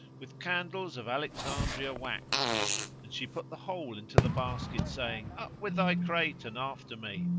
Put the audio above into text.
with candles of alex' andria wax and she put the whole into the basket, saying, up with thy crate and after me.